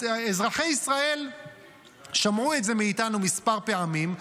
אזרחי ישראל שמעו את זה מאיתנו מספר פעמים,